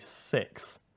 six